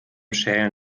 schälen